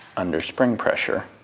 under spring pressure,